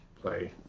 play